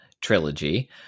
trilogy